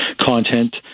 content